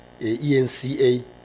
ENCA